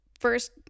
first